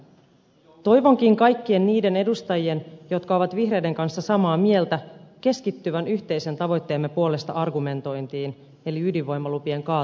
toivonkin kaikkien niiden edustajien jotka ovat vihreiden kanssa samaa mieltä keskittyvän yhteisen tavoitteemme puolesta argumentointiin eli ydinvoimalupien kaatamiseen